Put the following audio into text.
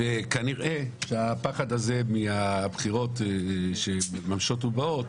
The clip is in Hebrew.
וכנראה שהפחד הזה מהבחירות שמממשות ובאות